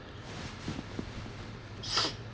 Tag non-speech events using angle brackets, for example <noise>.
<noise>